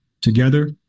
together